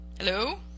Hello